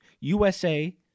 USA